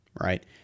right